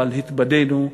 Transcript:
אבל התבדינו,